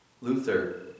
Luther